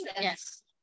Yes